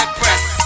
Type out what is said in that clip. press